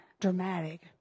dramatic